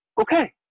okay